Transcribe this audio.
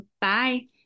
Bye